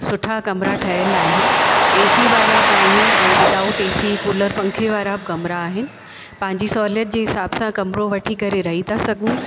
सुठा कमरा ठहियलु आहिनि एसी वारा बि आहिनि ऐं विदाउट एसी कूलर पंखे वारा बि कमरा आहिनि पंहिंजी सहूलियत जे हिसाब सां कमरो वठी करे रही था सघूं